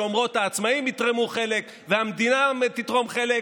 שאומרות שהעצמאים יתרמו חלק והמדינה תתרום חלק,